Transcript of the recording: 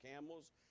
camels